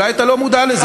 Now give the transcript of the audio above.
אולי אתה לא מודע לזה,